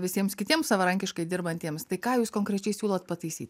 visiems kitiems savarankiškai dirbantiems tai ką jūs konkrečiai siūlot pataisyti